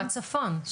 או הצפון.